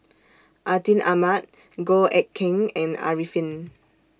Atin Amat Goh Eck Kheng and Arifin